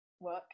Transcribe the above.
work